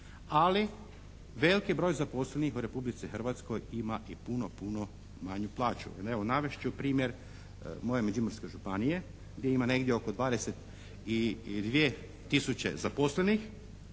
ali veliki broj zaposlenih u Republici Hrvatskoj ima i puno, puno manju plaću. Jer evo navest ću primjer moje Međimurske županije gdje ima negdje oko 22 tisuće zaposlenih,